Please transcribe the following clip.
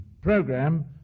program